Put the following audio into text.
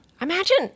imagine